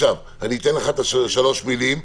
אני אתן לך שלוש מילים.